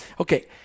okay